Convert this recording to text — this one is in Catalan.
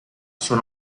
són